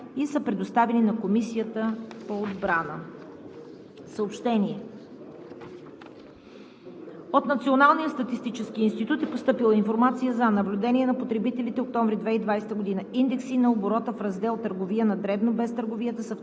и са предоставени на Комисията по отбрана. Съобщение: От Националния статистически институт е постъпила информация за: Наблюдение на потребителите октомври 2020 г.; Индекси на оборота в раздел „Търговия на дребно“ без търговията